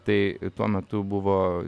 tai tuo metu buvo